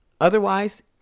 Otherwise